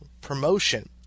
promotion